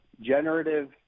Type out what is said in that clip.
generative